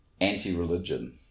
anti-religion